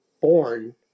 born